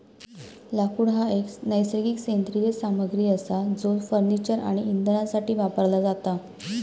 लाकूड हा एक नैसर्गिक सेंद्रिय सामग्री असा जो फर्निचर आणि इंधनासाठी वापरला जाता